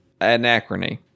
Anachrony